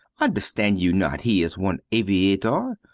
understand you not he is one aviator?